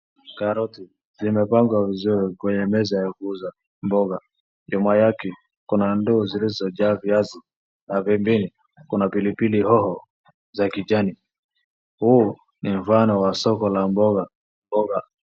Karoti zimepangwa vizuri kwenye meza ya kuuza mboga. Nyuma yake kuna ndoo zilizojaa viazi na pembeni kuna pilipili hoho za kijani. Huu ni mfano wa soko la mboga mboga.